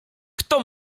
kto